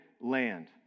land